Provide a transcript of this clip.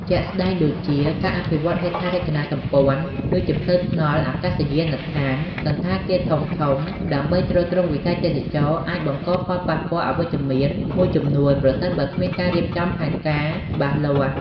ជាក់ស្ដែងដូចជា ការអភិវឌ្ឍហេដ្ឋារចនាសម្ព័ន្ធ ដូចជាផ្លូវថ្នល់ អាកាសយានដ្ឋាន សណ្ឋាគារធំៗ ដើម្បីទ្រទ្រង់វិស័យទេសចរណ៍ អាចបង្កផលប៉ះពាល់អវិជ្ជមានមួយចំនួន ប្រសិនបើគ្មានការរៀបចំផែនការច្បាស់លាស់។